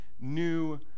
new